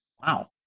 Wow